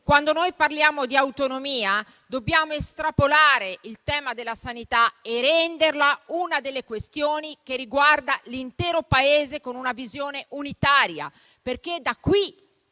Quando parliamo di autonomia dobbiamo estrapolare il tema della sanità e renderla una delle questioni riguardanti l'intero Paese, con una visione unitaria. È da qui,